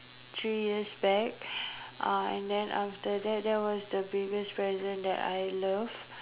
three years back uh and then after that that was the previous present that I love